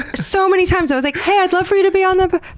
so many times i was like, hey, i'd love for you to be on the.